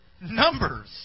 Numbers